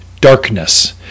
darkness